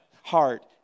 heart